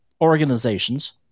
organizations